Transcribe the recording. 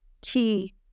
Key